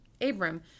Abram